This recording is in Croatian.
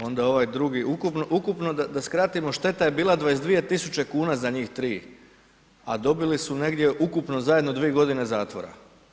Onda ovaj drugi, ukupno da skratimo, šteta je bila 22 000 kuna za njih tri a dobili su negdje ukupno zajedno 2 g. zatvora.